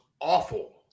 awful